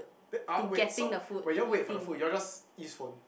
then ah wait so when you all wait for the food you all just use phone